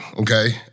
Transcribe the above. okay